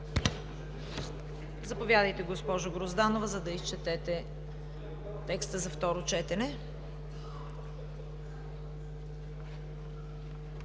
Заповядайте, госпожо Грозданова, за да изчетете текста за второ четене.